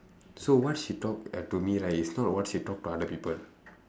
so what she talk to me right is not what she talk to other people